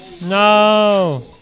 No